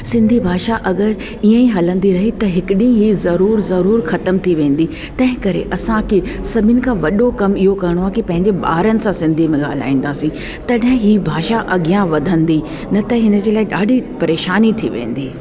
सिंधी भाषा अगरि इअं ई हलंदी रही त हिकु ॾींहुं इहा ज़रूर ज़रूर ख़तमु थी वेंदी तंहिं करे असांखे सभिनि खां वॾो कमु इओ करिणो आहे कि पंहिंजे ॿारनि सां सिंधीअ में ॻाल्हाईंदासीं तॾहिं इहा भाषा अॻियां वधंदी न त हिन जे लाइ ॾाढी परेशानी थी वेंदी